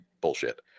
bullshit